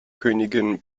königin